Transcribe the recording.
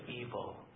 evil